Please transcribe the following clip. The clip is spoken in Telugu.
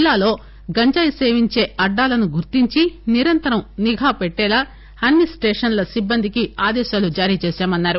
జిల్లాలో గంజాయి సేవించే అడ్డాలను గుర్తించి నిరంతరం నిఘా పెట్టేలా అన్ని స్టేషన్ల సిబ్బందికి ఆదేశాలు జారీ చేశామన్నారు